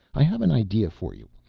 i have an idea for you,